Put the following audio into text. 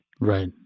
Right